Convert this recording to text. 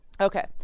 Okay